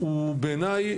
הוא בעיניי